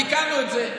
תיקנו את זה.